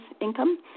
income